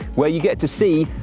where you get to see,